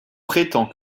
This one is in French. prétend